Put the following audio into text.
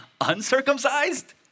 uncircumcised